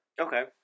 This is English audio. Okay